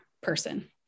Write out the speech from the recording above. person